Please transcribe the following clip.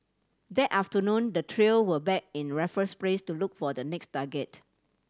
that afternoon the trio were back in Raffles Place to look for the next target